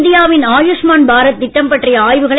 இந்தியாவின் ஆயுஷ்மான் பாரத் திட்டம் பற்றிய ஆய்வுகளை